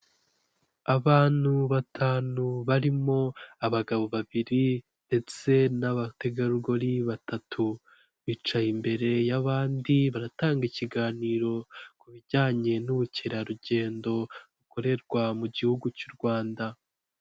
Abantu batanu barimo abagabo babiri ndetse n'abategarugori batatu. Bicaye imbere y'abandi, baratanga ikiganiro ku bijyanye n'ubukerarugendo bukorerwa mu gihugu cy'u Rwanda.